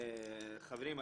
חברים,